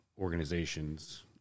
organizations